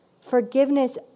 Forgiveness